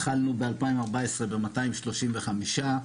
התחלנו ב-2014 ב-235.